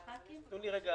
--- תנו לי רגע